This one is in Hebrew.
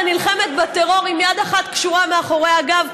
נלחמת בטרור עם יד אחת קשורה מאחורי הגב,